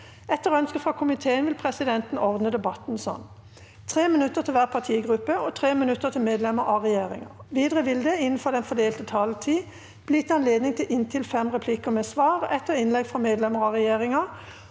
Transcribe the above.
kommunikasjonskomiteen vil presidenten ordne debatten slik: 3 minutter til hver partigruppe og 3 minutter til medlemmer av regjeringen. Videre vil det – innenfor den fordelte taletid – bli gitt anledning til inntil fem replikker med svar etter innlegg fra medlemmer av regjeringen,